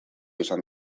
izan